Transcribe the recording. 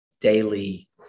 daily